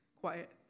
quiet